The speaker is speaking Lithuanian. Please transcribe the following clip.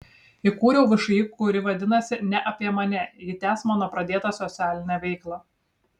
įkūriau všį kuri vadinasi ne apie mane ji tęs mano pradėtą socialinę veiklą